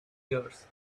yours